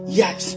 yes